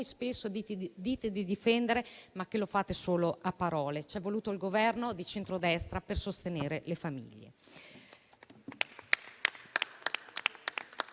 spesso dite di difendere, ma solo a parole. C'è voluto il Governo di centrodestra per sostenere le famiglie.